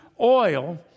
oil